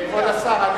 כבוד השר,